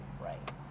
right